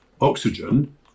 oxygen